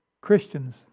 Christians